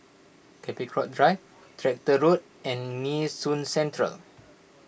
Capricorn Drive Tractor Road and Nee Soon Central